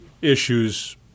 issues